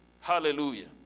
Hallelujah